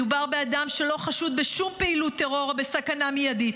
מדובר באדם שלא חשוד בשום פעילות טרור או בסכנה מיידית